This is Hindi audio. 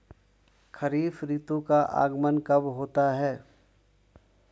खरीफ ऋतु का आगमन कब होता है?